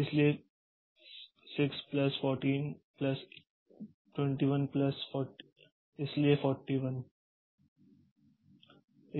इसलिए 6 plus 14 plus 21 इसलिए 41